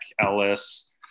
Ellis